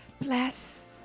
Bless